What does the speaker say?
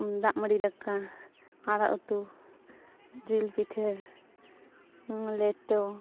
ᱫᱟᱜ ᱢᱟᱹᱰᱤ ᱫᱟᱠᱟ ᱟᱲᱟᱜ ᱩᱛᱩ ᱡᱤᱞ ᱯᱤᱴᱷᱟᱹ ᱞᱮᱴᱚ